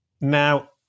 Now